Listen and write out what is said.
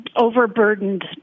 overburdened